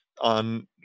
on